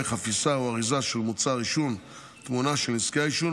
חפיסה או אריזה של מוצר עישון תמונה של נזקי העישון,